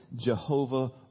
Jehovah